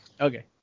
Okay